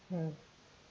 mm